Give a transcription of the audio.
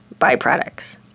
byproducts